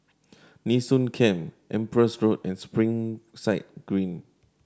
Nee Soon Camp Empress Road and Springside Green